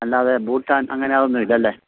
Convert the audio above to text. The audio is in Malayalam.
അല്ലാതെ ബൂട്ടാൻ അങ്ങനെ അതൊന്നുയില്ലല്ലേ